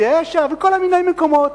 דהיישה וכל מיני מקומות.